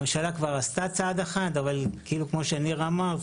הממשלה כבר עשתה צעד אחד אבל כמו שניר אמר,